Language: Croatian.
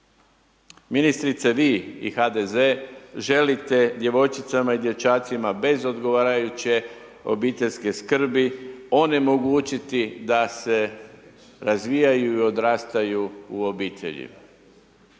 Ministrice, vi i HDZ želite djevojčicama i dječacima bez odgovarajuće obiteljske skrbi, onemogućiti da se razvijaju i odrastaju u obitelji.